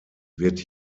wird